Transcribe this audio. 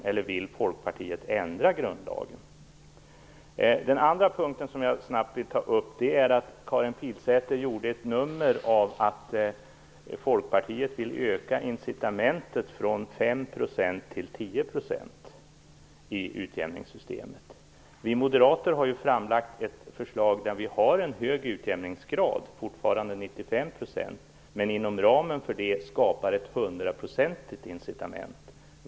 Eller vill Jag vill också snabbt ta upp att Karin Pilsäter gjorde en poäng av att Folkpartiet vill öka incitamentet från 5 % till 10 % i utjämningssystemet. Vi moderater har framlagt ett förslag med en hög utjämningsgrad, fortfarande 90 %. Inom ramen för det skapar vi ett 100-procentigt incitament.